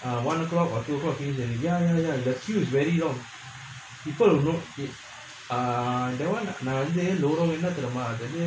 ah one O clock a lot of people ya ya ya the queue is very long people will go and queue ah that [one] நா வந்து:naa vanthu lorong என்னா தெரியுமா என்னது:ennaa teriyumaa ennathu